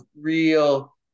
real